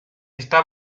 está